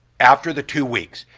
after the two weeks,